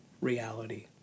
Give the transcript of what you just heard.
reality